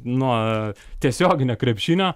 nuo tiesioginio krepšinio